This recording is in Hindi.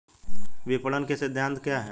विपणन के सिद्धांत क्या हैं?